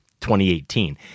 2018